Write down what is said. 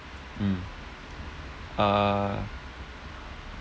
mm uh